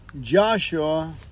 Joshua